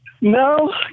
No